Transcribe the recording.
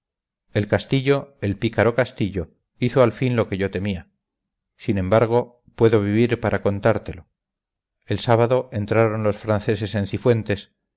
el castillo el pícaro castillo hizo al fin lo que yo temía sin embargo puedo vivir para contártelo el sábado entraron los franceses en cifuentes